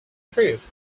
proof